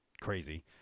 crazy